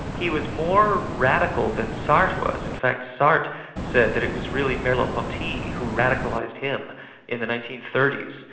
he was more radical than sartre was. in fact, sartre said that it was really merleau-ponty who radicalised him in the nineteen thirty s.